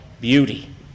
beauty